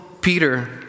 Peter